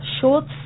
Shorts